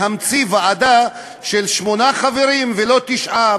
להמציא ועדה של שמונה חברים ולא תשעה.